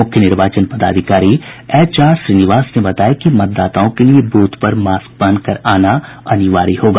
मुख्य निर्वाचन पदाधिकारी एच आर श्रीनिवास ने बताया कि मतदाताओं के लिये ब्रथ पर मास्क पहनकर आना अनिवार्य होगा